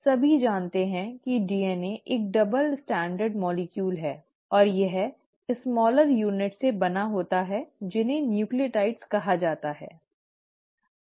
अब हम सभी जानते हैं कि DNA एक डबल स्टैंडर्ड अणु है और यह छोटी इकाइयों से बना होता है जिन्हें न्यूक्लियोटाइड कहा जाता है